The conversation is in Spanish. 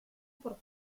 por